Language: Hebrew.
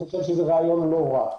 אני חושב שזה רעיון לא רע.